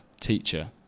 teacher